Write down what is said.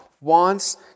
wants